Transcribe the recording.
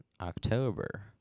October